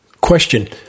Question